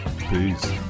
Peace